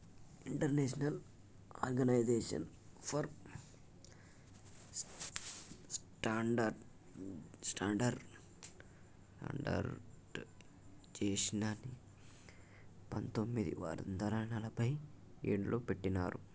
international organization for స్టాండర్డయిజేషన్ని పంతొమ్మిది వందల నలభై ఏడులో పెట్టినరు